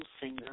singer